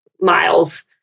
miles